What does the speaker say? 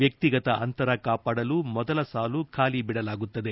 ವ್ಯಕ್ತಿಗತ ಅಂತರ ಕಾಪಾಡಲು ಮೊದಲ ಸಾಲು ಬಾಲಿ ಬಿಡಲಾಗುತ್ತದೆ